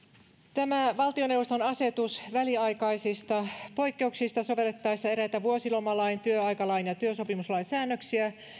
tämä valtioneuvoston asetus väliaikaisista poikkeuksista sovellettaessa eräitä vuosilomalain työaikalain ja työsopimuslain säännöksiä